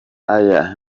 aya